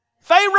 Pharaoh